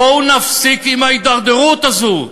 בואו נפסיק את ההידרדרות הזו,